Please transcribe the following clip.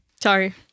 Sorry